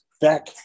back